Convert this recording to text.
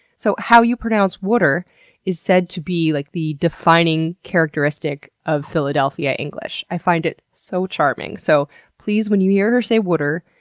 so how you pronounce water is said to be like the defining characteristic of philadelphia english. i find it so charming. so please when you hear her say wudder,